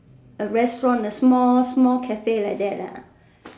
A restaurant a small a small Cafe like that lah